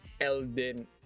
Elden